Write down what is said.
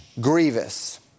grievous